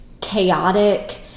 chaotic